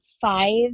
five